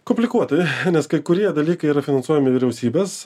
komplikuota nes kai kurie dalykai yra finansuojami vyriausybės